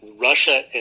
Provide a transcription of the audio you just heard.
Russia